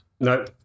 No